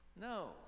No